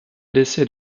décès